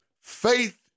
Faith